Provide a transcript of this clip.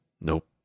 Nope